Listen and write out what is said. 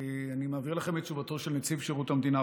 אני מעביר לכם את תשובתו של נציב שירות המדינה,